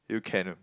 you can